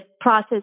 process